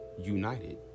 united